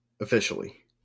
Officially